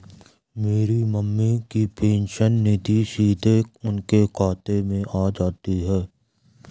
मेरी मम्मी की पेंशन निधि सीधे उनके खाते में आ जाती है